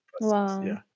Wow